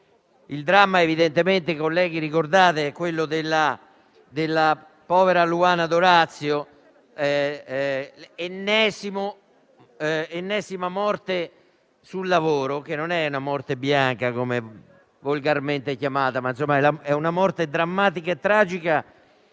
il dramma - che evidentemente i colleghi ricordano - è quello della povera Luana D'Orazio, l'ennesima morte sul lavoro. Non è una morte bianca, com'è volgarmente chiamata, ma una morte drammatica e tragica